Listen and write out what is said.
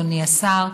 אדוני השר,